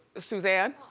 ah suzanne?